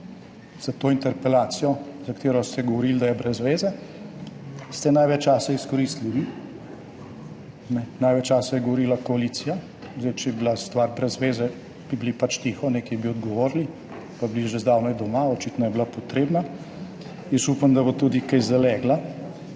za to interpelacijo, za katero ste govorili, da je brez zveze, ste največ časa izkoristili vi. Največ časa je govorila koalicija. Če je bila stvar brez zveze, bi bili pač tiho, nekaj bi odgovorili pa bili že zdavnaj doma. Očitno je bila potrebna. Upam, da bo tudi kaj zalegla.